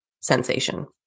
sensation